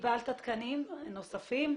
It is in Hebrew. קיבלת תקנים נוספים?